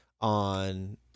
On